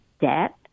debt